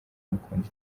amukunda